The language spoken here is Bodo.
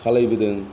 खालायबोदों